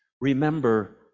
remember